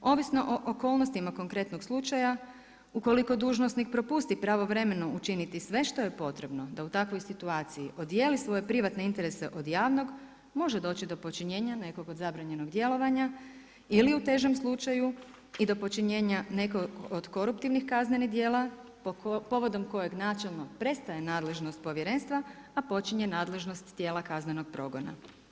Ovisno o okolnostima konkretnog slučaja, ukoliko dužnosnik propusti pravovremeno učinit sve što je potrebno da u takvoj situaciji odijeli svoje privatne interese od javnog, može doći do počinjenja nekog od zabranjenog djelovanja ili u težem slučaju i do počinjenja nekog od koruptivnih kaznenih djela povodom kojeg načelno prestaje nadležnost povjerenstva a počinje nadležnost tijela kaznenog progona.